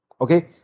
Okay